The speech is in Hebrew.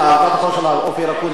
לחברי הכנסת לא להצביע בעד החוק הזה.